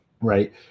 right